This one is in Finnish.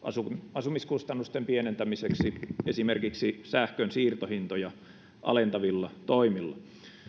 asumiskustannusten pienentämiseksi esimerkiksi sähkön siirtohintoja alentavilla toimilla